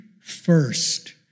first